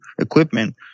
equipment